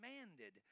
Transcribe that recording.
demanded